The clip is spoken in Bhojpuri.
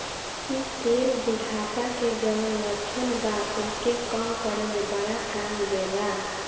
इ तेल बुढ़ापा के जवन लक्षण बा ओके कम करे में बड़ा काम देला